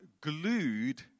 glued